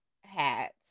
hats